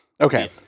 Okay